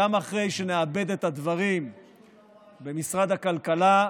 גם אחרי שנעבד את הדברים במשרד הכלכלה,